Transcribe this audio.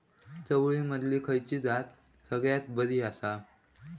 चवळीमधली खयली जात सगळ्यात बरी आसा?